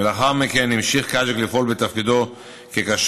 ולאחר מכן המשיך קאז'יק לפעול בתפקידו כקשר,